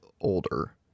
older